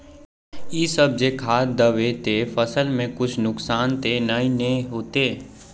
इ सब जे खाद दबे ते फसल में कुछ नुकसान ते नय ने होते